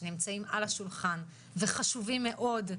שנמצאים על השולחן וחשובים מאוד,